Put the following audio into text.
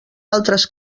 altres